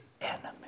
enemy